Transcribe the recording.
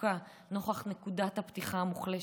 התעסוקה נוכח נקודת הפתיחה המוחלשת,